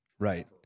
Right